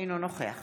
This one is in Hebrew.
אינו נוכח